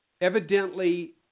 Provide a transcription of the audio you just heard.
Evidently